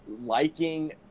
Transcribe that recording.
liking